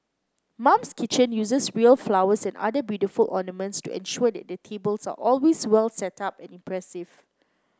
mum's Kitchen uses real flowers and other beautiful ornaments to ensure that their tables are always well setup and impressive